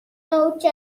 نوچه